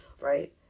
right